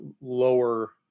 lower